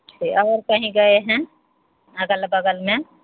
जी और कहीं गए हैं अगल बगल में